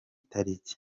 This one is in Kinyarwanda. tariki